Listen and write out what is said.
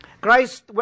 Christ